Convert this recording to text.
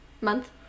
month